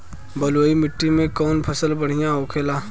बलुई मिट्टी में कौन फसल बढ़ियां होखे ला?